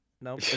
no